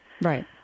Right